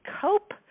cope